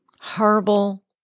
horrible